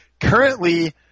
currently